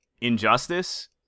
Injustice